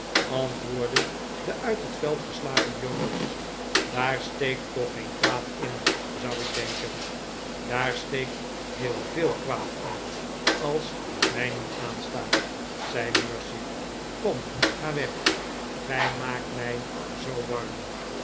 antwoordde de uit het veld geslagen jonas daar steekt toch geen kwaad in zou ik denken daar steekt heel veel kwaad in als het mij niet aanstaat zei mercy kom ga weg gij maakt mij zoo warm